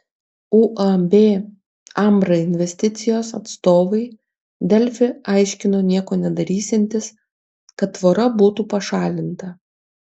uab ambra investicijos atstovai delfi aiškino nieko nedarysiantys kad tvora būtų pašalinta